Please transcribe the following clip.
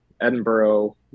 Edinburgh